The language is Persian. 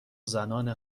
زنان